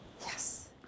Yes